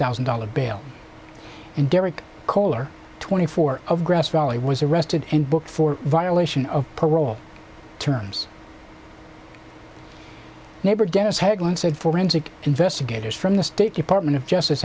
thousand dollars bail and derek kohler twenty four of grass valley was arrested and booked for violation of parole terms neighbor dennis hegland said forensic investigators from the state department of justice